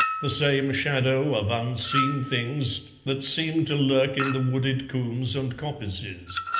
the same shadow of unseen things that seemed to lurk in the wooded combes and coppices.